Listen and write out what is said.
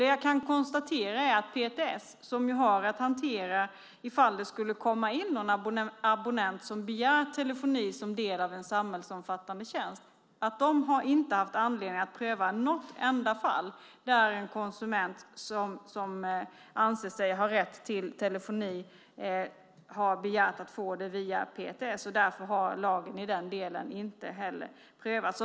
Det jag kan konstatera är att PTS, som ju har att hantera situationen om någon abonnent skulle begära telefoni som del av en samhällsomfattande tjänst, inte har haft anledning att pröva något enda fall där en konsument som anser sig ha rätt till telefoni har begärt att få det via PTS. Därför har lagen i den delen inte heller prövats.